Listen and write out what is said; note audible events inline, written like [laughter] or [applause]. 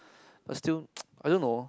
but still [noise] I don't know